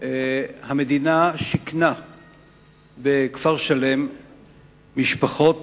המדינה שיכנה בכפר-שלם משפחות